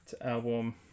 album